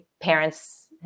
parents